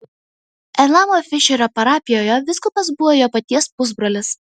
elamo fišerio parapijoje vyskupas buvo jo paties pusbrolis